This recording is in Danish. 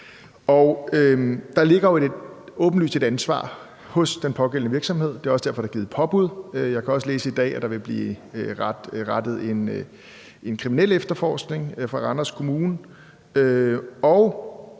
Der ligger jo åbenlyst et ansvar hos den pågældende virksomhed. Det er også derfor, der er givet et påbud. Jeg kan også læse i dag, at der vil blive rettet en kriminalefterforskning fra Randers Kommune.